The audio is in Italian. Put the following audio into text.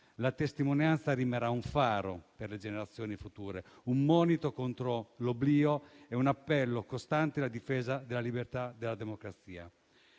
La testimonianza rimarrà un faro per le generazioni future, un monito contro l'oblio e un appello costante alla difesa della libertà e della democrazia.